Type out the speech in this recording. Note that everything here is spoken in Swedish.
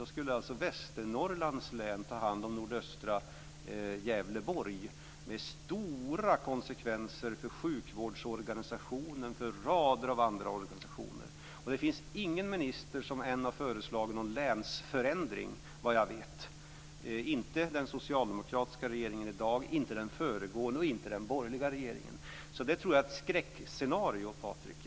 Då skulle alltså Västernorrlands län ta hand om nordöstra Gävleborg med stora konsekvenser för sjukvårdsorganisationen och för rader av andra organisationer. Och det finns, såvitt jag vet, ingen minister som ännu har föreslagit någon länsförändring, inte den nuvarande socialdemokratiska regeringen, inte den föregående och inte den borgerliga regeringen. Jag tror därför att det är ett skräckscenario, Patrik Norinder.